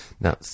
Now